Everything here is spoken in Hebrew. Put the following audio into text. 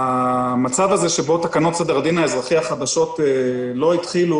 שבו תקנות סדר הדין האזרחי החדשות לא התחילו,